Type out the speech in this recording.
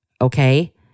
okay